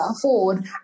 afford